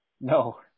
No